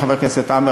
חבר הכנסת עמאר,